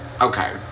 Okay